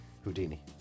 Houdini